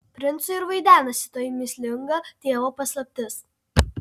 princui ir vaidenasi toji mįslinga tėvo paslaptis